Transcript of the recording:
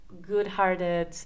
good-hearted